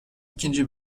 ikinci